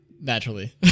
Naturally